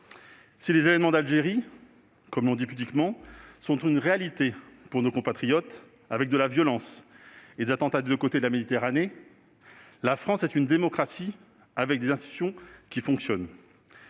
Si les « événements d'Algérie », comme l'on dit alors pudiquement, sont une réalité pour nos compatriotes, avec de la violence et des attentats des deux côtés de la Méditerranée, la France est une démocratie avec des institutions qui fonctionnent.